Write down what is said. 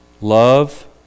love